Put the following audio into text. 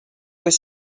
were